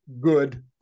good